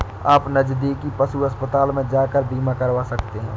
आप नज़दीकी पशु अस्पताल में जाकर बीमा करवा सकते है